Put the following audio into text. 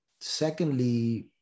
Secondly